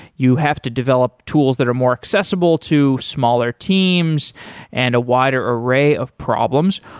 you have to develop tools that are more accessible to smaller teams and a wider array of problems.